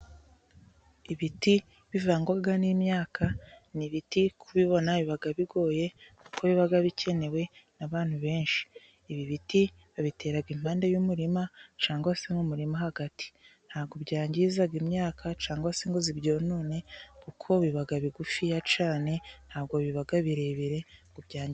Ibiti bivangwa n'imyaka ni ibiti kubibona biba bigoye kuko biba bikenewe n'abantu benshi. Ibi biti babitera impande y'umurima cyangwa se m'umurima hagati, nta byangizaga imyaka cyangwa se ngo zibyonone, kuko biba bigufi cyane ntabwo biba birebire ngo byangize.